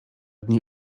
dni